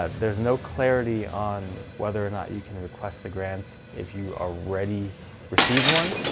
ah there's no clarity on whether or not you can request the grant if you already received one.